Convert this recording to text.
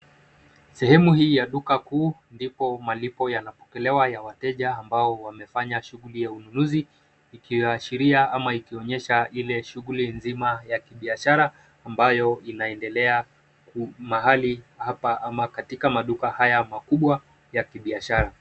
Sehemu hii ya duka kuu ndipo malipo yanapokelewa ya wateja ambao wamefanya shughuli ya ununuzi, ikiashiria ama ikionyesha ile shughuli nzima ya kibiashara ambayo inaendelea mahali hapa ama katika maduka haya makubwa ya kibiashara.